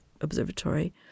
Observatory